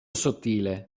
sottile